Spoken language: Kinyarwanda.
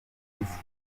polisi